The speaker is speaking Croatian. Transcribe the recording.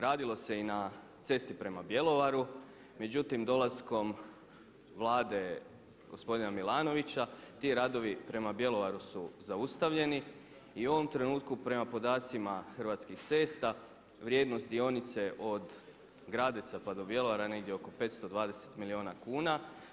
Radilo se i na cesti prema Bjelovaru, međutim dolaskom Vlade gospodina Milanovića ti radovi prema Bjelovaru su zaustavljeni i u ovom trenutku prema podacima Hrvatskih cesta vrijednost dionice od Gradeca pa do Bjelovara je negdje oko 520 milijuna kuna.